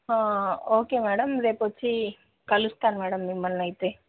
okay madam రేపొచ్చి కలుస్తాను madam మిమ్మల్ని అయితే